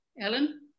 Ellen